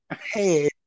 Hey